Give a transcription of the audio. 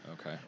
Okay